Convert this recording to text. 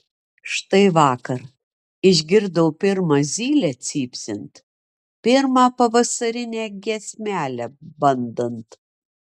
štai vakar išgirdo pirmą zylę cypsint pirmą pavasarinę giesmelę bandant